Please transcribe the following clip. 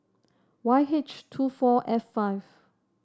Y H two four F five